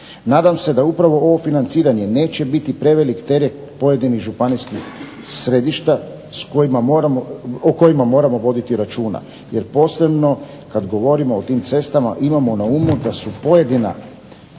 Nadam se da upravo ovo financiranje neće biti prevelik teret pojedinih županijskih središta o kojima moramo voditi računa, jer posebno kad govorimo o tim cestama imamo na umu da se pojedina